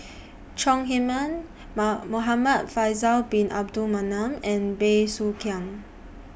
Chong Heman Muhamad Faisal Bin Abdul Manap and Bey Soo Khiang